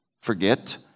forget